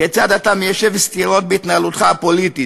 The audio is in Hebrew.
כיצד אתה מיישב סתירות בהתנהלותך הפוליטית,